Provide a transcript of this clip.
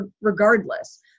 regardless